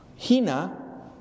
Hina